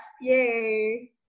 Yay